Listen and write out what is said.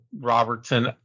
Robertson